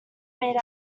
made